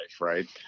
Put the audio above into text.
right